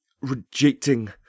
rejecting